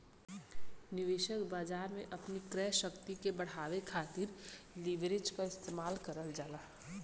निवेशक बाजार में अपनी क्रय शक्ति के बढ़ावे खातिर लीवरेज क इस्तेमाल करल जाला